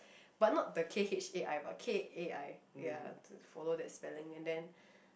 but not the K_H_A_I but K_A_I ya follow that spelling and then